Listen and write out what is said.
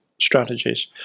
strategies